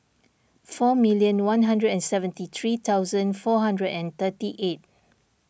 four million one hundred and seventy three thousand four hundred and thirty eight